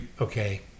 okay